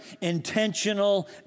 intentional